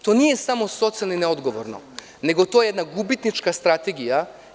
To nije samo socijalno neodgovorno, nego to je jedna gubitnička strategija.